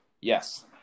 Yes